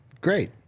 Great